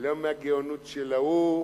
לא מהגאונות של ההוא,